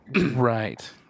Right